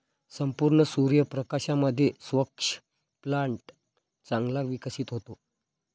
संपूर्ण सूर्य प्रकाशामध्ये स्क्वॅश प्लांट चांगला विकसित होतो